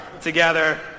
together